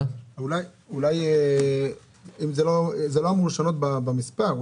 אם זה לא אמור לשנות במספר,